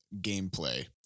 gameplay